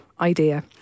idea